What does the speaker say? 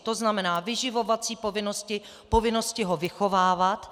To znamená, vyživovací povinnosti, povinnosti ho vychovávat.